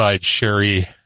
sherry